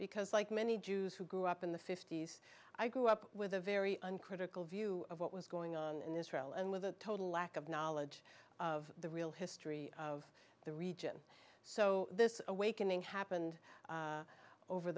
because like many jews who grew up in the fifty's i grew up with a very uncritical view of what was going on in israel and with a total lack of knowledge of the real history of the region so this awakening happened over